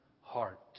heart